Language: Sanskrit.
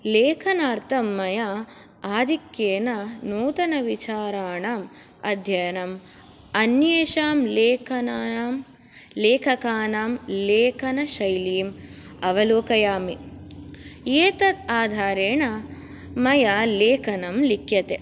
लेखनार्थं मया आधिक्येन नूतनविचाराणाम् अध्ययनम् अन्येषां लेखनानां लेखकानां लेखनशैलीम् अवलोकयामि एतद् आधारेण मया लेखनं लिख्यते